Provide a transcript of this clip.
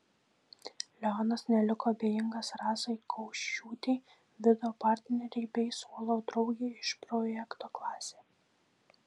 leonas neliko abejingas rasai kaušiūtei vido partnerei bei suolo draugei iš projekto klasė